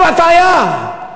זו הטעיה.